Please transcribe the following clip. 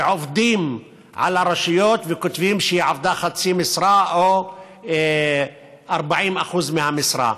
ועובדים על הרשויות וכותבים שהיא עבדה חצי משרה או 40% מהמשרה.